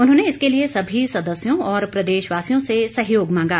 उन्होंने इसके लिए सभी सदस्यों और प्रदेशवासियों से सहयोग मांगा